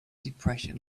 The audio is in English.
depression